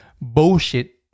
bullshit